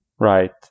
right